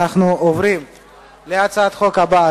אנחנו נעבור להצבעה על הצעת חוק הבאה,